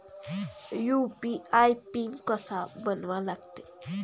UPI PIN कसा बनवा लागते?